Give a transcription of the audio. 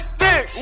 thick